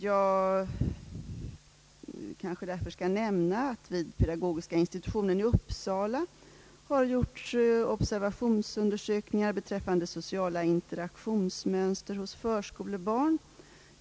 Jag kanske därför skall nämna att vid pedagogiska institutionen i Uppsala har gjorts observationsundersökningar beträffande sociala interaktionsmönster hos förskolebarn.